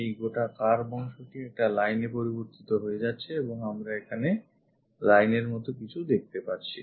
এই গোটা curve অংশটি একটা line এ পরিবর্তিত হয়ে যাচ্ছে এবং আমরা এখানে line এর মতো কিছু দেখতে পাচ্ছি